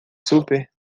super